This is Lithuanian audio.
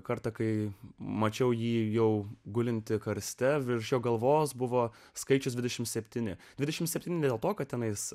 kartą kai mačiau jį jau gulintį karste virš jo galvos buvo skaičius dvidešimt septyni dvidešimt septyni ne dėl to kad tenais